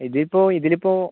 ഇതിപ്പോൾ ഇതിലിപ്പോൾ